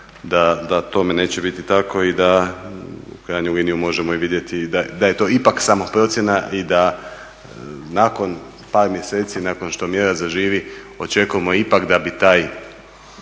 da tome neće biti tako i da u krajnjoj liniji možemo i vidjeti da je to ipak samo procjena i da nakon par mjeseci nakon što mjera zaživi očekujemo ipak da bi taj